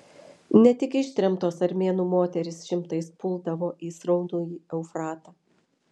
ne tik ištremtos armėnų moterys šimtais puldavo į sraunųjį eufratą